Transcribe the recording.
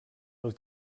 els